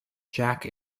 jack